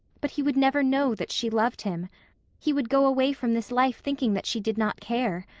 but he would never know that she loved him he would go away from this life thinking that she did not care.